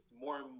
More